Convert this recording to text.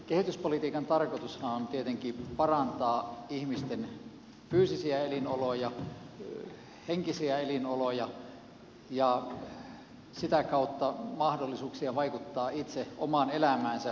kehityspolitiikan tarkoitushan on tietenkin parantaa ihmisten fyysisiä elinoloja henkisiä elinoloja ja sitä kautta mahdollisuuksia vaikuttaa itse omaan elämäänsä